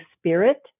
spirit